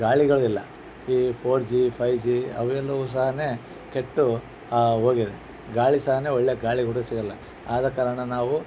ಗಾಳಿಗಳಿಲ್ಲ ಈ four G five G ಅವೆಲ್ಲವೂ ಸಾನೆ ಕೆಟ್ಟು ಹೋಗಿದೆ ಗಾಳಿ ಸಾನೆ ಒಳ್ಳೆಯ ಗಾಳಿ ಕೂಡ ಸಿಗೋಲ್ಲ ಆದ ಕಾರಣ ನಾವು